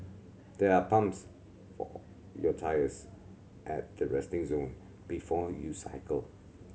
there are pumps for your tyres at the resting zone before you cycle